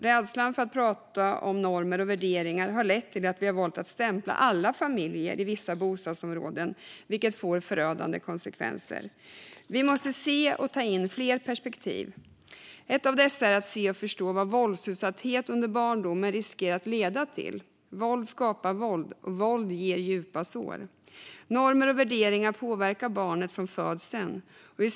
Rädslan för att prata om normer och värderingar har lett till att vi valt att stämpla alla familjer i vissa bostadsområden, vilket får förödande konsekvenser. Vi måste se och ta in fler perspektiv. Ett av dessa är att se och förstå vad våldsutsatthet under barndomen riskerar att leda till. Våld skapar våld, och våld ger djupa sår. Normer och värderingar påverkar barnet från födseln.